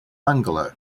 bungalow